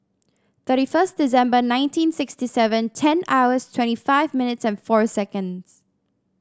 thirty first December nineteen sixty seven ten hours twenty five minutes and four seconds